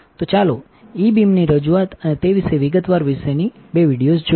તો ચાલો ઇ બીમની રજૂઆત અને તે વિશે વિગતવાર વિશેની બે વિડિઓઝ જોઈએ